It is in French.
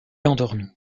endormi